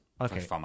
okay